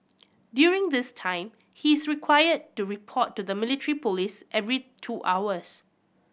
during this time he is required to report to the military police every two hours